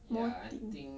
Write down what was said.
more thin